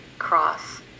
cross